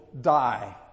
die